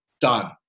done